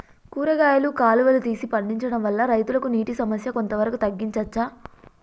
కూరగాయలు కాలువలు తీసి పండించడం వల్ల రైతులకు నీటి సమస్య కొంత వరకు తగ్గించచ్చా?